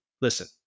Listen